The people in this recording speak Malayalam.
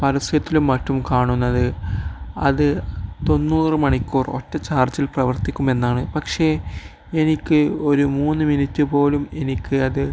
പരസ്യത്തിലും മറ്റും കാണുന്നത് അത് തൊണ്ണൂറ് മണിക്കൂർ ഒറ്റ ചാർജിൽ പ്രവർത്തിക്കുമെന്നാണ് പക്ഷേ എനിക്കൊരു മൂന്ന് മിനിറ്റ് പോലും എനിക്കത്